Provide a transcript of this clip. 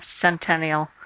Centennial